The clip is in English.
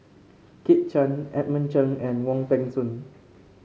Kit Chan Edmund Cheng and Wong Peng Soon